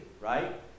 right